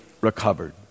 recovered